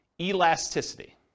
elasticity